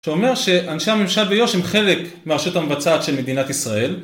שאומר שאנשי הממשל ביו"ש הם חלק מהרשות המבצעת של מדינת ישראל